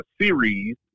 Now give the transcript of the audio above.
series